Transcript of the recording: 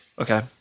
Okay